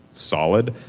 solid.